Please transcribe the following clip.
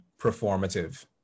performative